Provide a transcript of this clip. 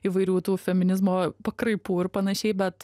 įvairių tų feminizmo pakraipų ir panašiai bet